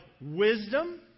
wisdom